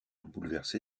bouleversé